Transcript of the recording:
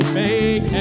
make